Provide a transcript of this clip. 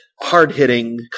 hard-hitting